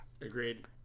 agreed